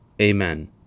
Amen